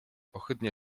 ohydnie